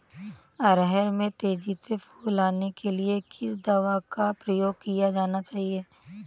अरहर में तेजी से फूल आने के लिए किस दवा का प्रयोग किया जाना चाहिए?